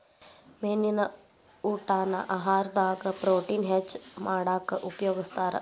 ಮೇನಿನ ಊಟಾನ ಆಹಾರದಾಗ ಪ್ರೊಟೇನ್ ಹೆಚ್ಚ್ ಮಾಡಾಕ ಉಪಯೋಗಸ್ತಾರ